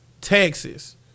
Texas